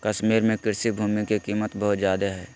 कश्मीर में कृषि भूमि के कीमत बहुत ज्यादा हइ